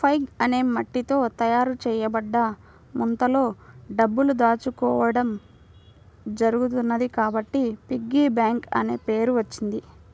pig అనే మట్టితో తయారు చేయబడ్డ ముంతలో డబ్బులు దాచుకోవడం జరుగుతున్నది కాబట్టి పిగ్గీ బ్యాంక్ అనే పేరు వచ్చింది